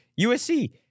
USC